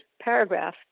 paragraph